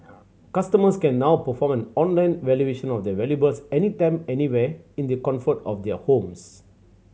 customers can now perform an online valuation of their valuables any time anywhere in the comfort of their homes